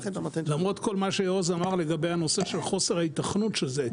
למרות כל מה שיעוז אמר לגבי הנושא של חוסר ההיתכנות של זה.